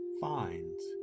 finds